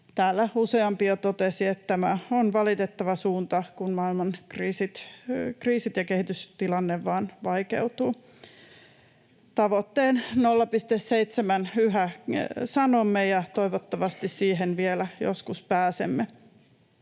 Täällä useampi jo totesi, että tämä on valitettava suunta, kun maailman kriisit ja kehitystilanne vain vaikeutuvat. Tavoitteen 0,7 yhä sanomme, ja toivottavasti siihen vielä joskus pääsemme.